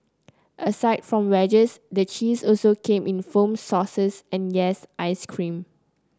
aside from wedges the cheese also came in foams sauces and yes ice cream